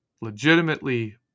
Legitimately